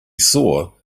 saw